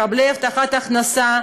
מקבלי הבטת הכנסה.